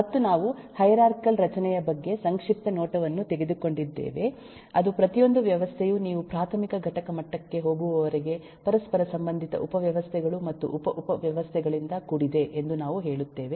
ಮತ್ತು ನಾವು ಹೈರಾರ್ಚಿಕಲ್ ರಚನೆಯ ಬಗ್ಗೆ ಸಂಕ್ಷಿಪ್ತ ನೋಟವನ್ನು ತೆಗೆದುಕೊಂಡಿದ್ದೇವೆ ಅದು ಪ್ರತಿಯೊಂದು ವ್ಯವಸ್ಥೆಯು ನೀವು ಪ್ರಾಥಮಿಕ ಘಟಕ ಮಟ್ಟಕ್ಕೆ ಹೋಗುವವರೆಗೆ ಪರಸ್ಪರ ಸಂಬಂಧಿತ ಉಪವ್ಯವಸ್ಥೆಗಳು ಮತ್ತು ಉಪ ಉಪ ವ್ಯವಸ್ಥೆಗಳಿಂದ ಕೂಡಿದೆ ಎಂದು ನಾವು ಹೇಳುತ್ತೇವೆ